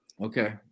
okay